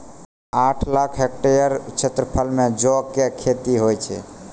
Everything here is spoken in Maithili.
आठ लाख हेक्टेयर क्षेत्रफलो मे जौ के खेती होय छै